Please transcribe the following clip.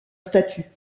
statut